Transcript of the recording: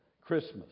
Christmas